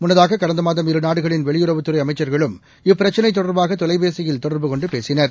முன்னதாக கடந்த மாதம் இருநாடுகளின் வெளியுறத்துறை அமைச்சர்களும் இப்பிரச்சினை தொடர்பாக தொலைபேசியில் தொடர்பு கொண்டு பேசினர்